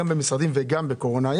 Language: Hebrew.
גם במשרדים וגם בקורונה,